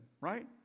right